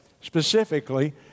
Specifically